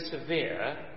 severe